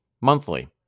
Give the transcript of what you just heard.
monthly